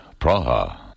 Praha